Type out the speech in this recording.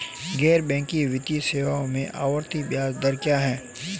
गैर बैंकिंग वित्तीय सेवाओं में आवर्ती ब्याज दर क्या है?